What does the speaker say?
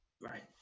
Right